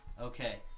Okay